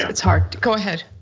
it's hard, go ahead.